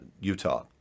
utah